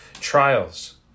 trials